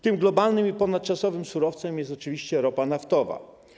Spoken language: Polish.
Tym globalnym i ponadczasowym surowcem jest oczywiście ropa naftowa.